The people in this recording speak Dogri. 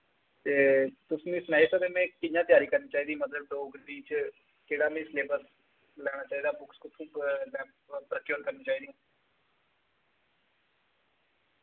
ते तुस मिगी सनाई सकने में कि'यां तयारी करनी चाहिदी मतलब डोगरी च केह्ड़ा मिगी सिलेबस लैना चाहिदा बुक्स कुत्थों में वर्चुअल करनी चाहिदी